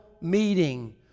meeting